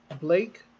Blake